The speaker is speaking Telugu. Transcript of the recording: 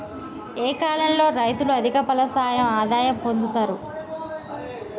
ఏ కాలం లో రైతులు అధిక ఫలసాయం ఆదాయం పొందుతరు?